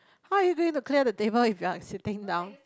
how you've been to clear the table if you are sitting down